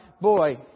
boy